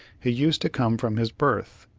he use to come from his berth,